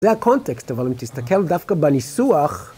זה הקונטקסט, אבל אם תסתכל דווקא בניסוח...